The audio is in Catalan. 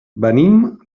venim